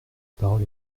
parole